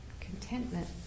contentment